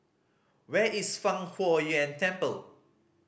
where is Fang Huo Yuan Temple